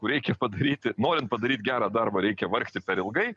reikia padaryti norint padaryti gerą darbą reikia vargti per ilgai